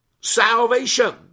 salvation